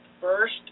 First